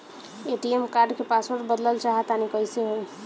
ATM card क password बदलल चाहा तानि कइसे होई?